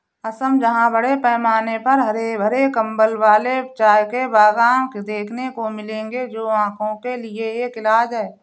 असम जहां बड़े पैमाने पर हरे भरे कंबल वाले चाय के बागान देखने को मिलेंगे जो आंखों के लिए एक इलाज है